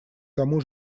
тому